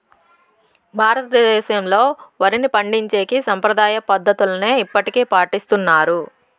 భారతదేశంలో, వరిని పండించేకి సాంప్రదాయ పద్ధతులనే ఇప్పటికీ పాటిస్తన్నారు